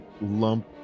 Lump